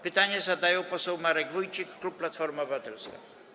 Pytanie zadaje poseł Marek Wójcik, klub Platforma Obywatelska.